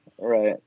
right